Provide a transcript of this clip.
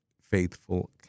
faithful